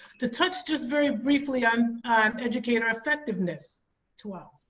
to touch just very briefly. i'm an educator effectiveness to well